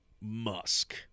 musk